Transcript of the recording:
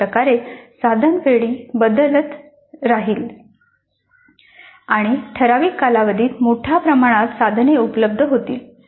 अशाप्रकारे साधन पेढी बदलत राहील आणि ठराविक कालावधीत मोठ्या प्रमाणात साधने उपलब्ध होतील